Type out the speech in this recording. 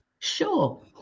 Sure